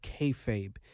kayfabe